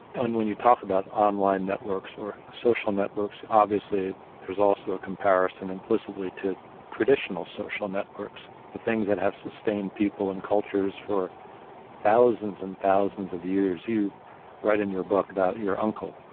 and when you talk about online networks or social networks, obviously, there's also a comparison implicitly to traditional social networks, the things that have sustained people and cultures for thousands and thousands of years. you write in your book about your uncle,